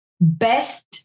best